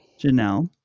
Janelle